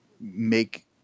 make